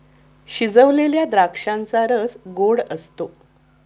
शिजवलेल्या द्राक्षांचा रस गोड असतो